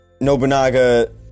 Nobunaga